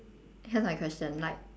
here's my question like